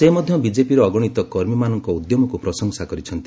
ସେ ମଧ୍ୟ ବିଜେପିର ଅଗଣିତ କର୍ମୀମନାଙ୍କ ଉଦ୍ୟମକୁ ପ୍ରଶଂସା କରିଛନ୍ତି